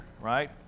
right